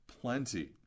plenty